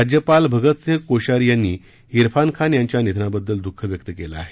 राज्यपाल भगतसिंह कोश्यारी यांनी इरफान खान यांच्या निधनाबद्दल दुःख व्यक्त केलं आहे